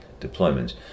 deployments